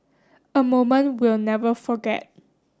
a moment we'll never forget